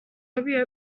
every